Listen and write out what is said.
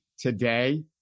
today